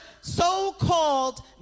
so-called